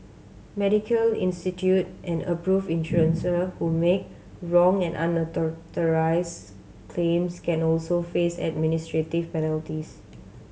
medical institute and approved insurance who make wrong and unauthorised claims can also face administrative penalties